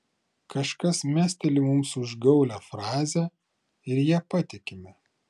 kažkas mesteli mums užgaulią frazę ir ja patikime